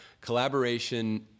collaboration